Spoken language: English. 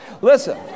Listen